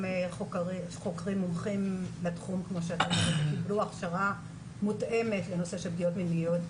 חוקרים מומחים בתחום שקיבלו הכשרה מותאמת לפגיעות מיניות?